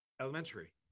elementary